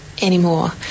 anymore